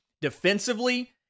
Defensively